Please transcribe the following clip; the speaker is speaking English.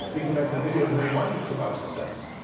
you come back to the video to rewind it to watch the steps.